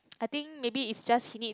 I think maybe is just he need